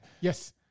Yes